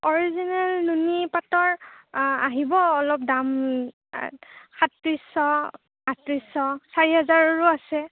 original নুনি পাটৰ আহিব অলপ দাম সাত ত্ৰিছশ আঠ ত্ৰিছশ চাৰিহেজাৰৰো আছে